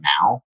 now